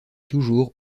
toujours